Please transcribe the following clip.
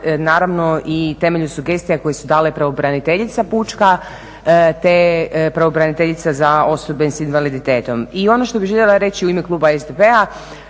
naravno, i temelju sugestija koje su dale pravobraniteljica pučka te pravobraniteljica za osobe s invaliditetom. I ono što bih željela reći u ime kluba SDP-a